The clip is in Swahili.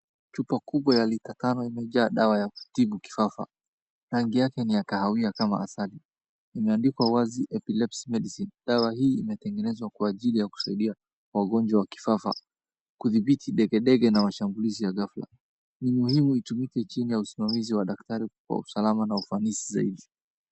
Chupa kubwa ya lita tano imejaa dawa ya kutibu kifafa. Rangi yake ni ya kahawia kama asali. Imeandikwa wazi epilepsy medicine . Dawa hii imetengenezwa kwa ajili ya kusaidia wagonjwa wa kifafa kudhibiti degedege na mashambulizi ya ghafla. Ni muhimu itumike chini ya usimamizi wa daktari kwa usalama na ufahamizi zaidi.